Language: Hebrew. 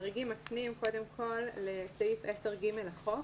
החריגים מפנים קודם כול לסעיף 10(ג) לחוק.